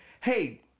hey